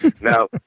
Now